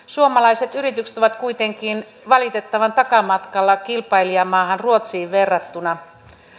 suomalaiset yritykset ovat kuitenkin valitettavan takamatkalla kilpailijamaahan ruotsiin verrattuna